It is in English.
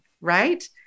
right